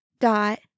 dot